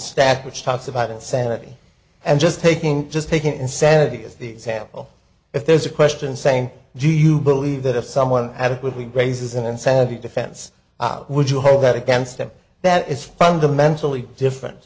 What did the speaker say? stack which talks about insanity and just taking just taking insanity as the example if there's a question saying do you believe that if someone adequately grazes an insanity defense would you hold that against them that is fundamentally different